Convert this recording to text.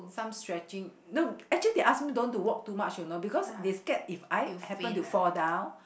some stretching no actually they ask me don't want to walk too much you know because they scare if I happened to fall down